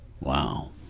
Wow